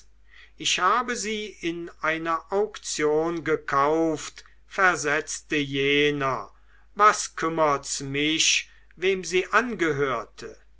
ich habe sie in einer auktion gekauft versetzte jener was kümmert's mich wem sie gehörte